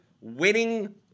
winning